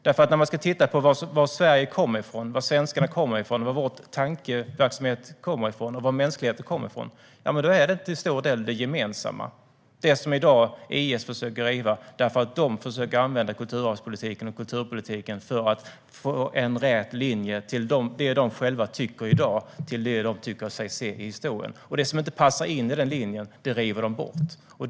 När man tittar på var Sverige, svenskarna, vår tankeverksamhet och mänskligheten kommer från ser man att det till stor del är från det gemensamma som IS i dag försöker riva därför att de försöker använda kulturarvspolitiken och kulturpolitiken för att få en rät linje mellan det de själva tycker i dag till det de tycker sig se i historien. Det som inte passar in på den linjen river de bort.